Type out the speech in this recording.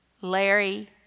Larry